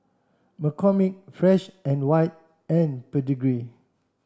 McCormick Fresh and White and Pedigree